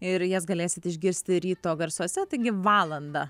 ir jas galėsit išgirsti ryto garsuose taigi valandą